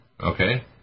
Okay